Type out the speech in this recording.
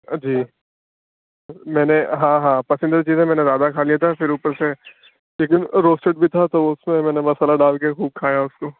جی میں نے ہاں ہاں پسندیدہ چیزیں میں نے زیادہ کھا لیا تھا پھر اُوپر سے چکن روسٹیڈ بھی تھا تو اُس میں نے مسالہ ڈال کے خوب کھایا اُس کو